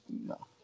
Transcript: no